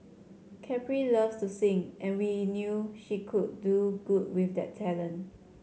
Capri loves to sing and we knew she could do good with that talent